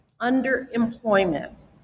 underemployment